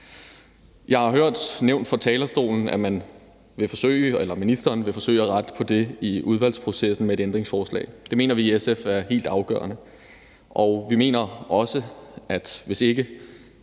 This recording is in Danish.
Jeg har hørt nævnt fra talerstolen, at ministeren vil forsøge at rette på det i udvalgsprocessen med et ændringsforslag. Det mener SF er helt afgørende, og vi mener også, at hvis ikke